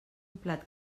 plat